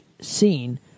scene